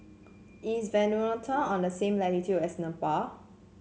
is Vanuatu on the same latitude as Nepal